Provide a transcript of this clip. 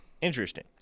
Interesting